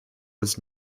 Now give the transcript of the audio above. was